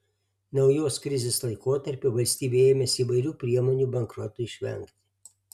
naujos krizės laikotarpiu valstybė ėmėsi įvairių priemonių bankrotui išvengti